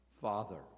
Father